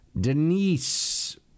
Denise